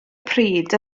pryd